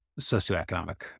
socioeconomic